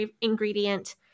ingredient